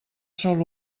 sòl